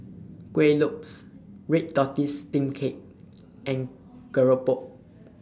Kueh Lopes Red Tortoise Steamed Cake and Keropok